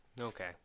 Okay